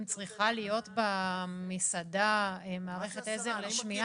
אם צריכה להיות במסעדה מערכת עזר לשמיעה,